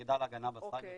אוקיי,